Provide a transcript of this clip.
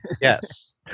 yes